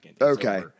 Okay